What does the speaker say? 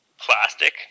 plastic